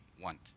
want